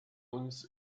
uns